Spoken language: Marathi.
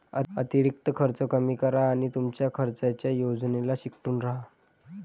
अतिरिक्त खर्च कमी करा आणि तुमच्या खर्चाच्या योजनेला चिकटून राहा